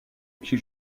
qui